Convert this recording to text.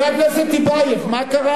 פתרת בעיה אחת, תפתור את